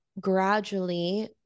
gradually